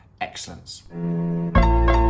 excellence